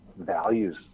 values